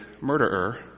murderer